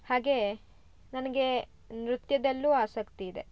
ಹಾಗೇ ನನಗೆ ನೃತ್ಯದಲ್ಲೂ ಆಸಕ್ತಿ ಇದೆ